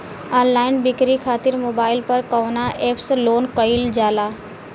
Online बिक्री खातिर mobile पर कवना एप्स लोन कईल जाला?